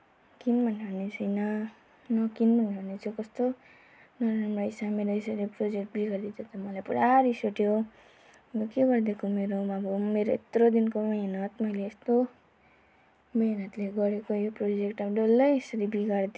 किन भनेर भन्ने छुइनँ नकिन भन्ने छु कस्तो नराम्रो रहेछ मेरो यसरी प्रोजेक्ट बिगार दिँदा मलाई पुरा रिस उठ्यो यो के गरिदिएको मेरो पनि अब मेरो यत्रो दिनको मिहिनेत मैले यस्तो मिहिनेतले गरेको यो प्रोजेक्ट अब डल्लै यसरी बिगारिदियो